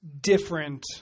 different